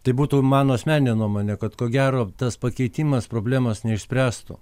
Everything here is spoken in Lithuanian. tai būtų mano asmeninė nuomonė kad ko gero tas pakeitimas problemos neišspręstų